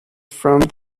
from